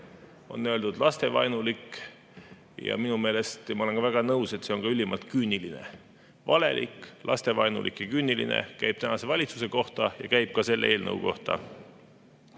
on öeldud "lastevaenulik" ja ma olen ka väga nõus, et see on ülimalt küüniline. Valelik, lastevaenulik ja küüniline – käib tänase valitsuse kohta ja käib ka selle eelnõu kohta.